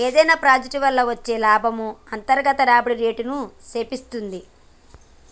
ఏదైనా ప్రాజెక్ట్ వల్ల వచ్చే లాభము అంతర్గత రాబడి రేటుని సేప్తుంది